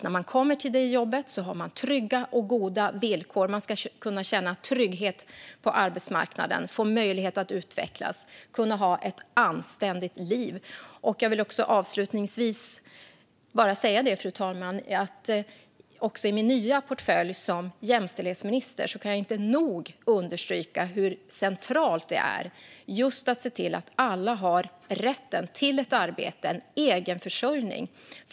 När man kommer till jobbet ska man ha trygga och goda villkor. Man ska kunna känna trygghet på arbetsmarknaden, få möjlighet att utvecklas och kunna ha ett anständigt liv. Jag vill avslutningsvis säga, fru talman, att jag med tanke på min nya portfölj som jämställdhetsminister inte nog kan understryka hur centralt det är att se till att alla har rätt till ett arbete, en egenförsörjning.